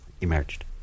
emerged